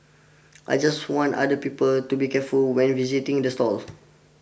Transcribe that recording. I just want other people to be careful when visiting this stall